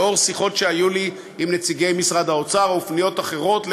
לאור שיחות שהיו לי עם נציגי משרד האוצר ופניות אחרות,